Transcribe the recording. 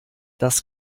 das